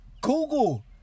Google